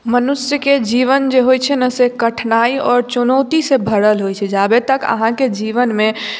मनुष्यके जीवन जे होइत छै ने से कठिनाई आओर चुनौतीसँ भरल होइत छै जाबत तक अहाँके जीवनमे